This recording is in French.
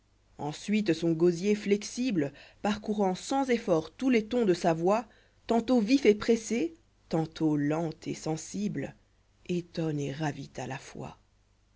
ensuite son gosier flexible parcourant sans effort tous les tons de sa voi i tantôt vif et pressé tantôt lent et sensible étonne el ravit à la fois